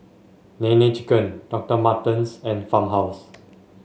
Nene Chicken Docter Martens and Farmhouse